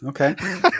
okay